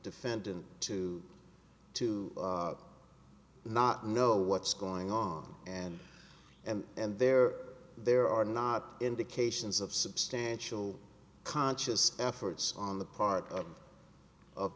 defendant too to not know what's going on and and and there there are not indications of substantial conscious efforts on the part of